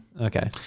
Okay